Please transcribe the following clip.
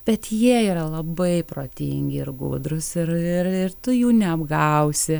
bet jie yra labai protingi ir gudrus ir ir ir tu jų neapgausi